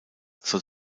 soll